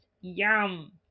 Yum